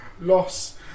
loss